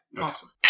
Awesome